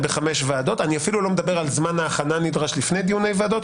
אני אפילו לא מדבר על זמן ההכנה הנדרש לפני דיוני ועדות,